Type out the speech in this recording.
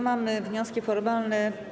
Mamy wnioski formalne.